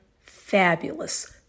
fabulous